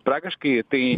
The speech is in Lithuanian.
praktiškai tai